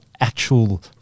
actual